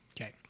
Okay